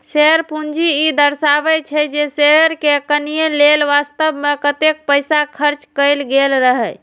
share पूंजी ई दर्शाबै छै, जे शेयर कें कीनय लेल वास्तव मे कतेक पैसा खर्च कैल गेल रहै